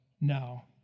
now